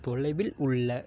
தொலைவில் உள்ள